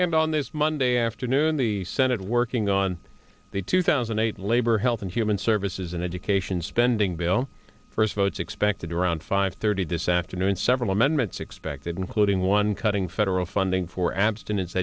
and on this monday afternoon the senate working on the two thousand and eight labor health and human services and education spending bill first votes expected around five thirty this afternoon several amendments expected including one cutting federal funding for abstinence